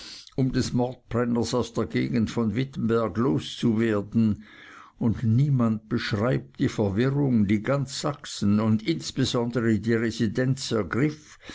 um des mordbrenners aus der gegend von wittenberg loszuwerden und niemand beschreibt die verwirrung die ganz sachsen und insbesondere die residenz ergriff